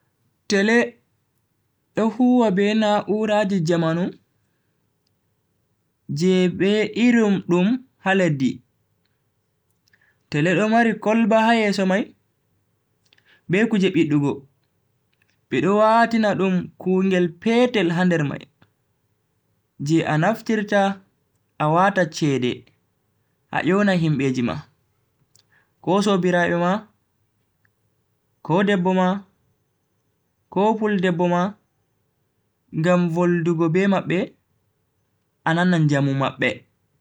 Tele do huwa be na'uaraji jamanu je be iri dum ha lesdi. tele don mari kolba ya yeso mai be kuje biddugo. bedo watina na dum kungel petel ha nder mai je a naftirta a wata chede a yona himbe ji ma, ko sobiraabe ma, ko debbo ba, ko puldebbo ma ngam voldugo be mabbe a nana njamu mabbe.